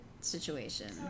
situation